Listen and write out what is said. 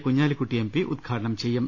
Kunhalikutty MP ഉദ്ഘാടനം ചെയ്യും